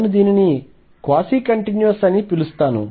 నేను దీనిని quasi continuous అని పిలుస్తాను